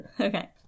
Okay